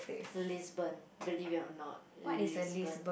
Lisbon believe it or not Lisbon